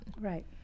right